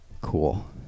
Cool